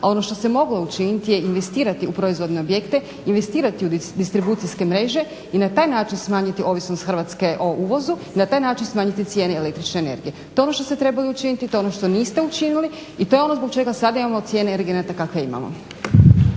a ono što se moglo učiniti je investirati u proizvodne objekte, investirati u distribucijske mreže i na taj način smanjiti ovisnost Hrvatske o uvozu i na taj način smanjiti cijene električne energije. To je ono što ste trebali učiniti, to je ono što niste učinili i to je ono zbog čega sada imamo cijene energenata kakve imamo.